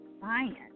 science